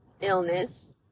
illness